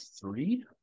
three